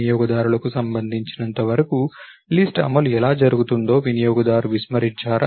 వినియోగదారులకు సంబంధించినంతవరకు లిస్ట్ అమలు ఎలా జరుగుతుందో వినియోగదారు విస్మరించారా